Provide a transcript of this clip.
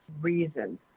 reason